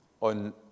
on